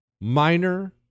minor